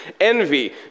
envy